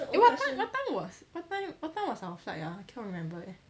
what time what time was what time what time was our flight ah I cannot remember eh